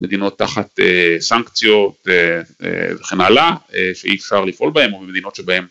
מדינות תחת סנקציות וכן הלאה שאי אפשר לפעול בהם או במדינות שבהם